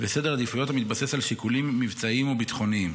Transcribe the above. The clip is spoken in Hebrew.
וסדר העדיפויות המתבסס על שיקולים מבצעיים וביטחוניים.